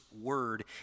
word